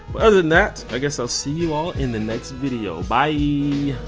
other than that i guess i'll see you all in the next video. byee.